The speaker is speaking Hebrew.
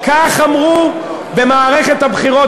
כך אמרו במערכת הבחירות,